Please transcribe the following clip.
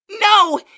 No